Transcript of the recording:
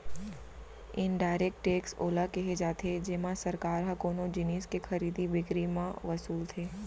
indirect tax ओला केहे जाथे जेमा सरकार ह कोनो जिनिस के खरीदी बिकरी म वसूलथे